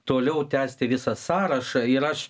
toliau tęsti visą sąrašą ir aš